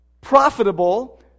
profitable